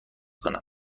کنم